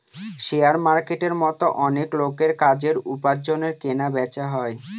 share মার্কেটের মতো অনেক লোকের কাজের, উপার্জনের কেনা বেচা হয়